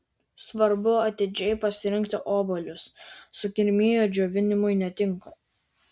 svarbu atidžiai pasirinkti obuolius sukirmiję džiovinimui netinka